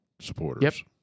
supporters